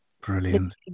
Brilliant